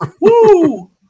Woo